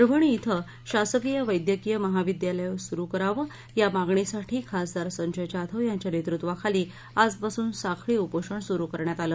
परभणी ॐ शासकीय वैद्यकीय महविद्यालय सुरू करावं या मागणीसाठी खासदार संजय जाधव यांच्या नेतृत्वाखाली आजपासून साखळी उपोषण सुरु करण्यात आलं